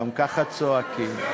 גם ככה צועקים.